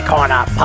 Corner